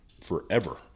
forever